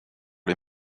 les